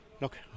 Look